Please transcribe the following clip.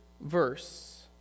verse